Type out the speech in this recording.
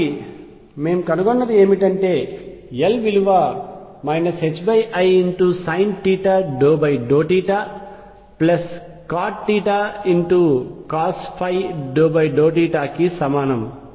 కాబట్టి మేము కనుగొన్నది ఏమిటంటే Lx విలువ isinθ∂θcotθcosϕ∂ϕ కి సమానం